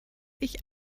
ich